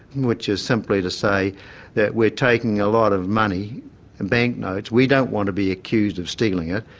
which is simply to say that we're taking a lot of money in banknotes. we don't want to be accused of stealing it,